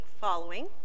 following